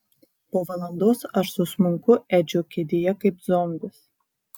po valandos aš susmunku edžio kėdėje kaip zombis